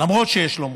למרות שיש לא מרוצים.